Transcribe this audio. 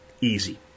Easy